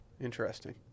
Interesting